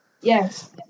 yes